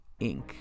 Inc